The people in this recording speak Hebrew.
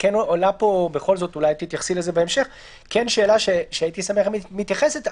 עולה פה שאלה שהייתי שמח אם היית מתייחסת.